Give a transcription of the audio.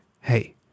hey